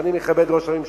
ואני מכבד את ראש הממשלה,